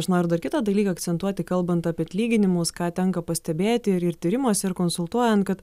aš noriu dar kitą dalyką akcentuoti kalbant apie atlyginimus ką tenka pastebėti ir ir tyrimuose ir konsultuojant kad